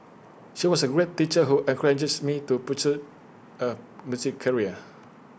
she was A great teacher who encourages me to pursue A music career